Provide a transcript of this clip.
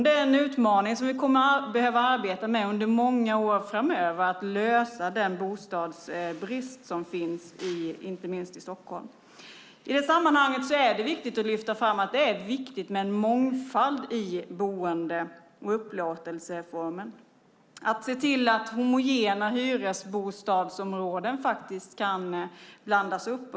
Det är en utmaning som vi kommer att behöva arbeta med under många år framöver - att lösa den bostadsbrist som finns inte minst i Stockholm. I sammanhanget är det viktigt att lyfta fram att det är viktigt med en mångfald i boende och upplåtelseformer. Det gäller att se till att homogena hyresbostadsområden kan blandas upp.